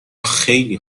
خیلی